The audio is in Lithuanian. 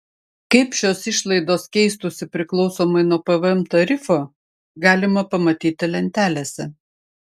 kaip šios išlaidos keistųsi priklausomai nuo pvm tarifo galima pamatyti lentelėse